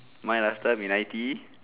mine last time in I_T_E